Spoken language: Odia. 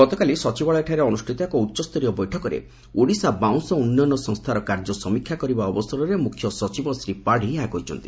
ଗତକାଲି ସଚିବାଳୟଠାରେ ଅନୁଷ୍ଷିତ ଏକ ଉଚ୍ଚସ୍ତରୀୟ ବୈଠକରେ ଓଡ଼ିଶା ବାଉଁଶ ଉନ୍ନୟନ ସଂସ୍ଥାର କାର୍ଯ୍ୟ ସମୀକ୍ଷା କରିବା ଅବସରରେ ମୁଖ୍ୟ ସଚିବ ଶ୍ରୀ ପାତୀ ଏହା କହିଛନ୍ତି